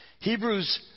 Hebrews